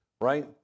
Right